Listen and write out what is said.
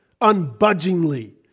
unbudgingly